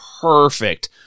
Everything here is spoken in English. perfect